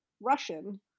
Russian